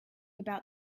about